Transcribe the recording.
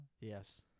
Yes